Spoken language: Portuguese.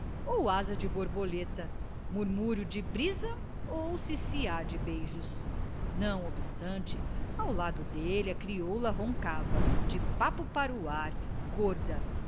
ou asa de borboleta murmúrio de brisa ou ciciar de beijos não obstante ao lado dele a crioula roncava de papo para o ar gorda